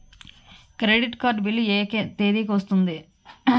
Credit card bill ఎ తేదీ కి వస్తుంది?